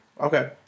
Okay